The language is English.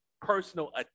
personal